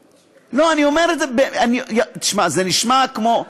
לא, אני אומר את זה, תשמע, זה נשמע כמו,